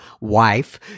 wife